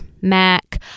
Mac